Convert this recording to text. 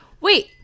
Wait